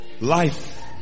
Life